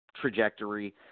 trajectory